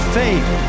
faith